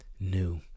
new